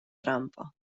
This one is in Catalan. trampa